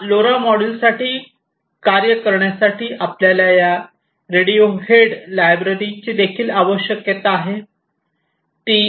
या लोरा मॉड्यूलसाठी कार्य करण्यासाठी आपल्याला या रेडियोहेड लायब्ररीची देखील आवश्यकता आहे